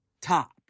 top